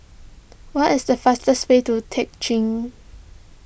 what is the fastest way to Teck Ghee